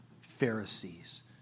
Pharisees